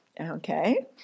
Okay